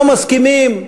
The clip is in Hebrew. לא מסכימים,